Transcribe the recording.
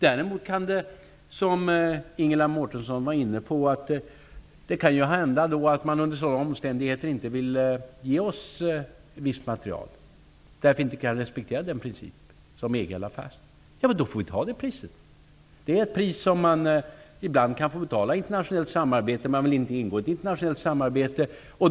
Däremot kan det bli så, som Ingela Mårtensson var inne på, att man under sådana omständigheter inte vill ge oss visst material, därför att vi inte respekterar en princip som EG har lagt fast. Då får vi betala det priset. Det är ett pris som man ibland kan få betala i internationellt samarbete. Man vill inte ingå i ett internationellt samarbete.